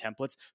templates